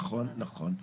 נכון,